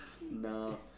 no